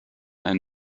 and